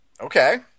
Okay